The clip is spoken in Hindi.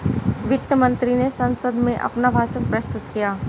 वित्त मंत्री ने संसद में अपना भाषण प्रस्तुत किया